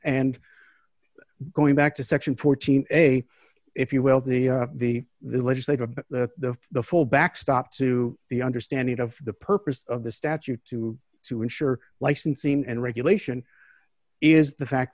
and going back to section fourteen a if you will the the the legislative the the full backstop to the understanding of the purpose of the statute to to ensure licensing and regulation is the fact